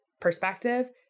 perspective